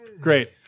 Great